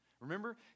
Remember